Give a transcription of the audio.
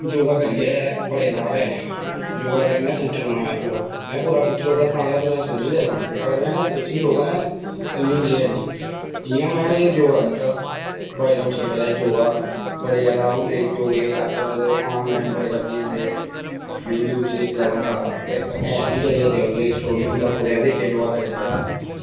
योगा करियै बड़े लाभ ऐ योगा करने दा सिस्टम बनाया ऐ पूरा में पूरा फिट रौह्गा ते तां गै में स्विमिंग करी पानी अगर में फिट निं रौह्गा में स्विमिंग कि'यां करनी जि'यां में योगा करगा बड्डलै उट्ठियै में योगा बड़े जादा होंदे योगै अज्ज कल ऑनलाइन बड़े लब्भी जंदे यूट्यूब च दिक्खी लै बंदा इक ऐप बी चले दा अज्ज कल प्ले स्टोर पर बंदा कुदै बी दिक्खियै योगा करी सकदा